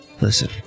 listen